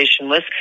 List